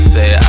Say